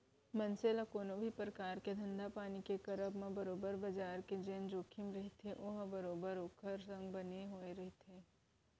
मनसे ल कोनो भी परकार के धंधापानी के करब म बरोबर बजार के जेन जोखिम रहिथे ओहा बरोबर ओखर संग बने होय रहिथे